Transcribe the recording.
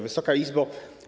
Wysoka Izbo!